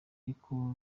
ariko